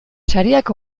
sariak